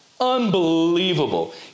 unbelievable